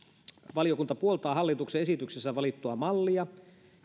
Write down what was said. valiokunta puoltaa hallituksen esityksessä valittua mallia